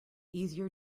easier